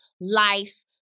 life